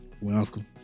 welcome